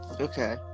okay